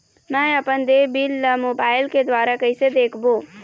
मैं अपन देय बिल ला मोबाइल के द्वारा कइसे देखबों?